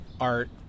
art